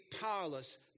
powerless